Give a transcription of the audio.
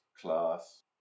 class